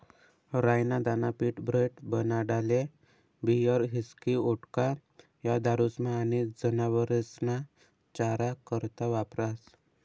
राई ना दाना पीठ, ब्रेड, बनाडाले बीयर, हिस्की, वोडका, या दारुस्मा आनी जनावरेस्ना चारा करता वापरास